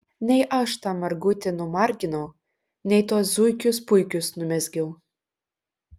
nei aš tą margutį numarginau nei tuos zuikius puikius numezgiau